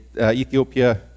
Ethiopia